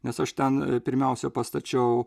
nes aš ten pirmiausia pastačiau